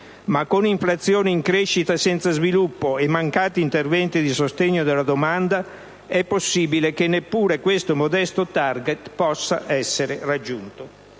ma, con un'inflazione in crescita e senza sviluppo e mancati interventi di sostegno della domanda, è possibile che neppure questo modesto *target* possa essere raggiunto.